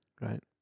right